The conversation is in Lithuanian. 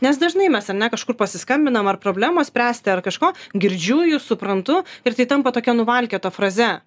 nes dažnai mes ar ne kažkur pasiskambinom ar problemos spręsti ar kažko girdžiu jus suprantu ir tai tampa tokia nuvalkiota fraze